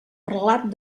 relat